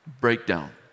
breakdown